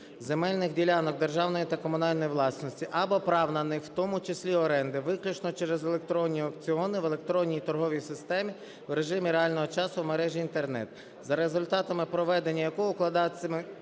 земельних ділянок державної та комунальної власності або прав на них, в тому числі оренди, виключно через електронні аукціони, в електронній торговій системі в режимі реального часу через Інтернет. За результатами проведення якого укладатиметься